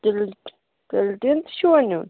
تِلہٕ تِلہٕ ٹیٖن تہِ چھُوا نِیُن